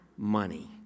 Money